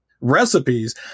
recipes